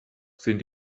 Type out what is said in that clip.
sind